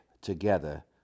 together